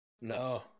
No